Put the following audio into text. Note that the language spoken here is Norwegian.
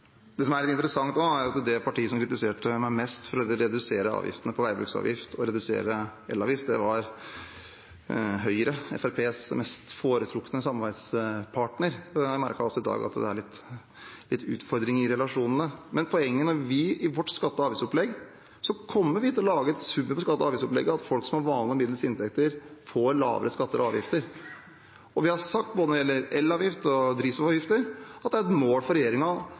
Det som er litt interessant nå, er at det partiet som kritiserte meg mest for å redusere veibruksavgiften og elavgiften, var Høyre, Fremskrittspartiets mest foretrukne samarbeidspartner. Jeg merker også i dag at det er litt utfordringer i relasjonene. I vårt skatte- og avgiftsopplegg kommer vi til å lage et opplegg der folk som har vanlige og middels inntekter i sum får lavere skatter og avgifter. Vi har sagt, når det gjelder både elavgift og drivstoffavgifter, at det er et mål for